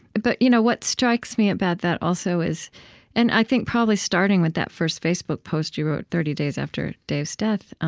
but you know what strikes me about that also is and i think probably starting with that first facebook post you wrote thirty days after dave's death